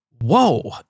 whoa